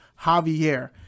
Javier